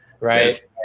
Right